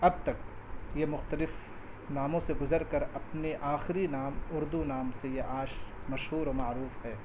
اب تک یہ مختلف ناموں سے گزر کر اپنے آخری نام اردو نام سے یہ آج مشہور و معروف ہے